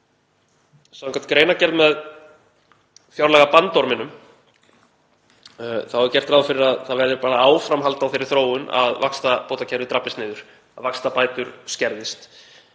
okkar. Samkvæmt greinargerð með fjárlagabandorminum er gert ráð fyrir að það verði bara áframhald á þeirri þróun að vaxtabótakerfið drabbist niður, að vaxtabætur skerðist.